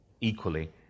equally